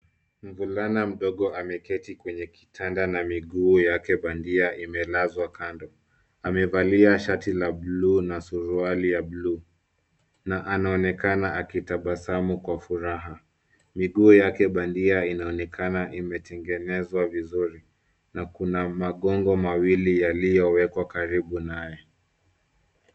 Mvulana mdogo ameketi kwenye kitanda na miguu yake bandia imelazwa kando. Amevalia shati la blue na suruali ya blue na anaonekana akitabasamu kwa furaha. Miguu yake bandia inaonekana imetengenezwa vizuri na kuna magongo mawili yaliyowekwa karibu naye.